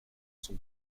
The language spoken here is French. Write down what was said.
son